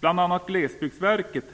Bl.a. pekar Glesbygdsverket